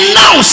now